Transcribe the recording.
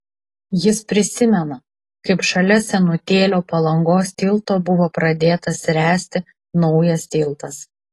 jis prisimena kaip šalia senutėlio palangos tilto buvo pradėtas ręsti naujas tiltas